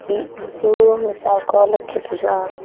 ଖେଲୁଛନ୍